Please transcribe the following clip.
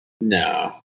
No